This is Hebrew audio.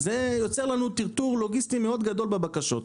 זה יוצר לנו טרטור לוגיסטי מאוד גדול בבקשות,